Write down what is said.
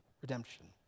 redemption